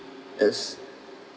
as